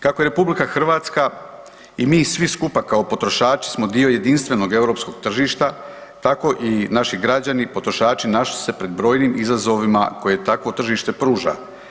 Kako RH i mi svi skupa kao potrošači smo dio jedinstvenog europskog tržišta, tako i naši građani, potrošači, našli su se pred brojnim izazovima koji takvo tržište pruža.